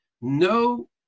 No